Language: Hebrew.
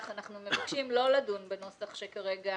אנחנו מבקשים לא לדון בנוסח הכתוב כרגע